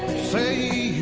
see